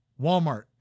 Walmart